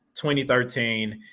2013